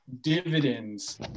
dividends